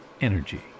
energy